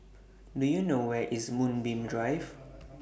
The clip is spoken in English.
Do YOU know Where IS Moonbeam Drive